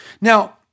Now